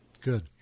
Good